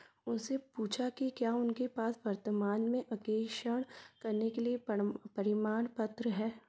उनसे पूछा कि क्या उनके पास वर्तमान में करने के लिए प्रमाण पत्र है